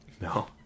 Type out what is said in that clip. no